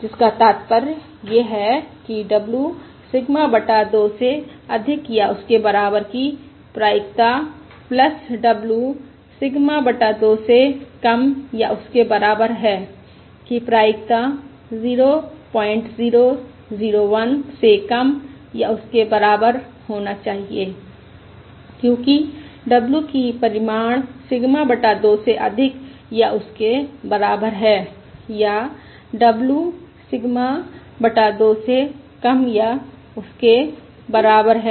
जिसका तात्पर्य यह है कि w सिग्मा बटा 2 से अधिक या उसके बराबर की प्रायिकता w सिग्मा बटा 2 से कम या उसके बराबर ह की प्रायिकता 0001 से कम या उसके बराबर होना चाहिए क्योंकि w की परिमाण सिग्मा बटा 2 से अधिक या उसके बराबर है या w सिग्मा बटा 2 से कम या उसके बराबर है